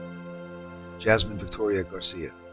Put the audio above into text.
jazmin victoria garcia.